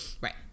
Right